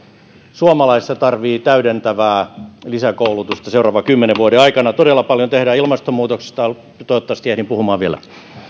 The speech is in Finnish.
suomalaista tarvitsee täydentävää lisäkoulutusta seuraavan kymmenen vuoden aikana todella paljon tehdään ilmastonmuutoksesta toivottavasti ehdin puhumaan vielä